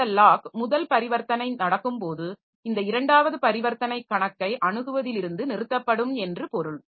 அந்த லாக் முதல் பரிவர்த்தனை நடக்கும்போது இந்த இரண்டாவது பரிவர்த்தனை கணக்கை அணுகுவதிலிருந்து நிறுத்தப்படும் என்று பொருள்